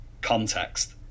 context